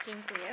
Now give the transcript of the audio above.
Dziękuję.